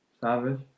Savage